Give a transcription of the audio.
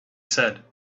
said